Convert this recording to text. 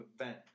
event